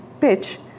pitch